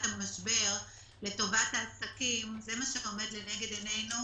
המשבר לטובת העסקים - זה מה שעומד לנגד עינינו,